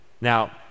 Now